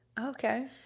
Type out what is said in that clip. Okay